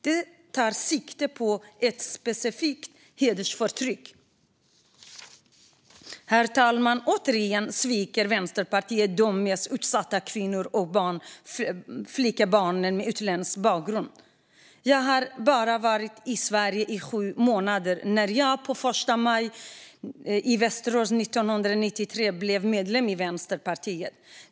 Det tar sikte på det specifika hedersförtrycket. Återigen, herr talman, sviker Vänsterpartiet de mest utsatta kvinnorna och flickebarnen med utländsk bakgrund. Jag hade bara varit i Sverige i sju månader när jag på första maj i Västerås 1993 blev medlem i Vänsterpartiet.